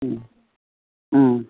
ꯎꯝ ꯎꯝ